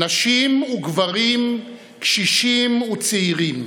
נשים וגברים, קשישים וצעירים,